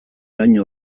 laino